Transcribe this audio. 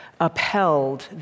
upheld